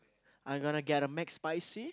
I'm gonna get a McSpicy